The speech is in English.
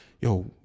Yo